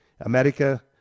America